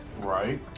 Right